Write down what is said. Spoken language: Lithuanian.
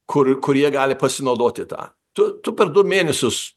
kur kur jie gali pasinaudoti tą tu tu per du mėnesius